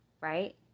right